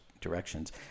directions